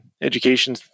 education